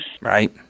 Right